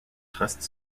reste